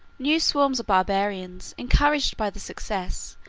new swarms of barbarians, encouraged by the success,